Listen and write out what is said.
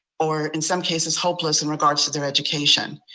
or in some cases hopeless in regards to their education.